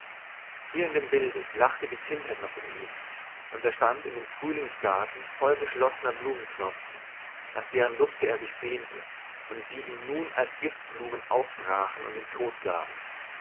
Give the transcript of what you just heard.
hier in dem bilde lachte die kindheit noch um ihn und er stand in dem frühlingsgarten voll geschlossener blumenknospen nach deren dufte er sich sehnte und die ihm nur als giftblumen aufbrachen und den tod gaben